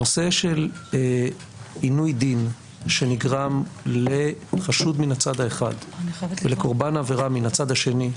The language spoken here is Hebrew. הנושא של עינוי דין שנגרם לחשוד מן הצד האחד ולקורבן עבירה מן הצד השני,